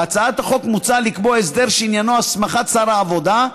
בהצעת החוק מוצע לקבוע הסדר שעניינו הסמכת שר העבודה,